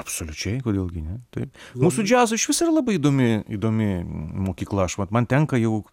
absoliučiai kodėl gi ne taip mūsų džiazo išvis yra labai įdomi įdomi mokykla aš vat man tenka jau